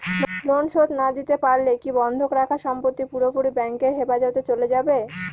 Loan শোধ না দিতে পারলে কি বন্ধক রাখা সম্পত্তি পুরোপুরি ব্যাংকের হেফাজতে চলে যাবে?